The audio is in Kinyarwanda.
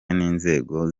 n’inzego